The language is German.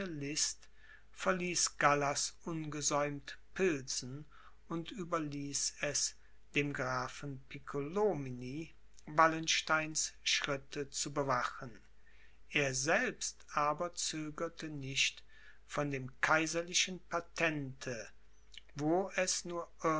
gallas ungesäumt pilsen und überließ es dem grafen piccolomini wallensteins schritte zu bewachen er selbst aber zögerte nicht von dem kaiserlichen patente wo es nur